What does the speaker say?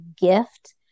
gift